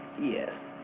Yes